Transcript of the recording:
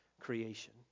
creation